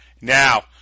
now